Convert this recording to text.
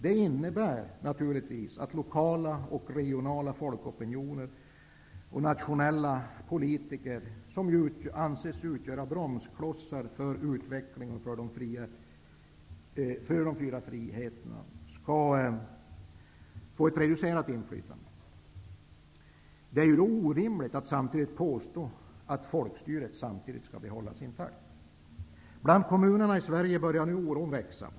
Det innebär naturligtvis att lokala och regionala folkopinioner samt nationella politiker, som ju anses utgöra bromsklossar för utvecklingen beträffande de fyra friheterna, skall få ett reducerat inflytande. Då är det orimligt att samtidigt påstå att folkstyret skall behållas intakt. Ute i kommunerna i Sverige börjar nu oron växa.